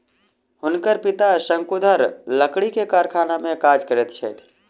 हुनकर पिता शंकुधर लकड़ी के कारखाना में काज करैत छथि